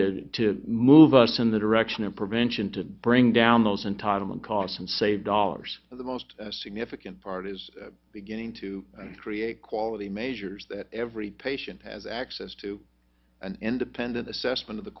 push to move us in the direction of prevention to bring down those entitlement costs and save dollars the most significant part is beginning to create quality measures that every patient has access to an independent assessment of the